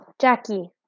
jackie